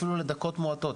אפילו לדקות מועטות,